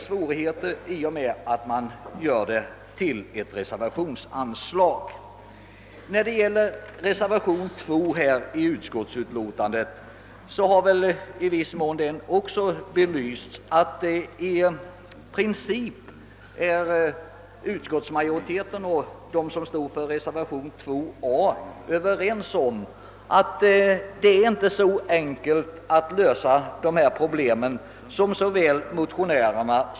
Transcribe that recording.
Eftersom reservanterna föreslog anslag i form av reservationsanslag kan man väl säga att även de har insett svårigheterna. Reservationen 2 a i utlåtandet visar att utskottsmajoriteten och reservanterna är överens om att det inte är så enkelt att lösa dessa problem.